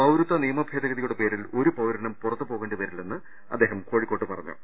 പൌരത്വ നിയമ ഭേദഗതിയുടെ പേരിൽ ഒരു പൌരനും പുറത്തുപോ കേണ്ടി വരില്ലെന്ന് അദ്ദേഹം കോഴിക്കോട്ട് പറഞ്ഞു